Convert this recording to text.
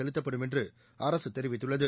செலுத்தப்படும் என்று அரசு தெரிவித்துள்ளது